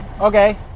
Okay